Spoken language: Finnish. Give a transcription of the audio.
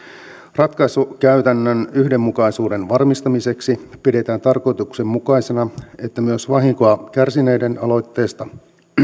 ratkaisukäytännön yhdenmukaisuuden varmistamiseksi pidetään tarkoituksenmukaisena että myös vahinkoa kärsineiden aloitteesta